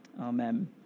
Amen